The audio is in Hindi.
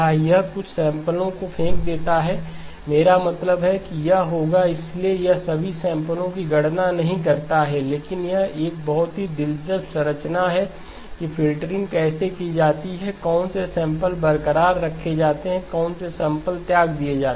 यह कुछ सैंपलो को फेंक देता है मेरा मतलब है कि यह होगा इसलिए यह सभी सैंपलो की गणना नहीं करता है लेकिन यह एक बहुत ही दिलचस्प संरचना है कि फ़िल्टरिंग कैसे की जाती है कौन से सैंपल बरकरार रखे जाते हैं कौन से सैंपल त्याग दिए जाते हैं